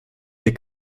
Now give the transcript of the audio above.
hier